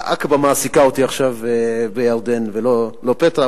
עקבה מעסיקה אותי בירדן ולא פטרה,